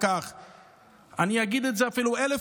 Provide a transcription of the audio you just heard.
כי אני עד לרגע